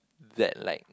that like